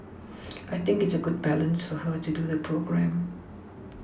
I think it's a good balance for her to do the programme